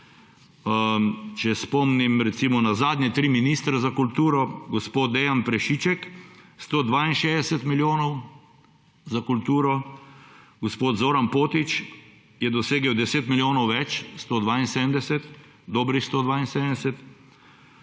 spomnim na zadnje tri ministre za kulturo: gospod Dejan Prešiček – 162 milijonov za kulturo, gospod Zoran Poznič je dosegel 10 milijonov več, dobrih 172,